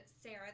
Sarah